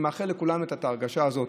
אני מאחל לכולם את ההרגשה הזו.